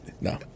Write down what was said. No